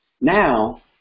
Now